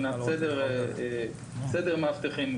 סדר מאבטחים,